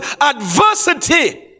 adversity